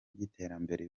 by’iterambere